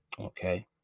Okay